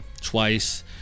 twice